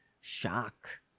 shock